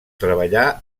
treballar